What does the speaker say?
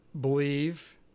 believe